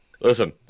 Listen